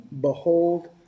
Behold